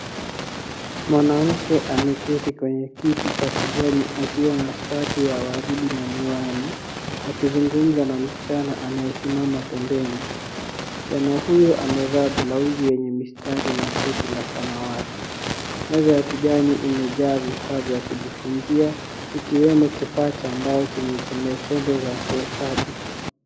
Mwanamke ameketi kwenye kiti cha kijani akiwa na shati ya waridi na miwani, akizungumza na msichana anayesimama pembeni. Msichana huyo amevaa blauzi yenye mistari na koti la samawati. Meza ya kijani imejaa vifaa vya kujifunzia, ikiwemo kifaa cha mbao chenye chembe chembe za kuhesabu.